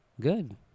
Good